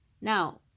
Now